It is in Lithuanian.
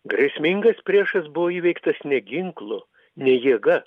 grėsmingas priešas buvo įveiktas ne ginklu ne jėga